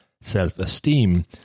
self-esteem